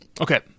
Okay